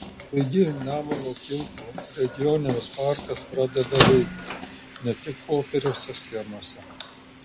taigi nemuno kilpų regioninis parkas pradeda veikti ne tik popieriuose schemose